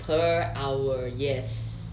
per hour yes